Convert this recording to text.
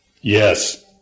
yes